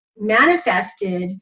manifested